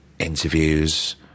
interviews